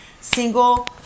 single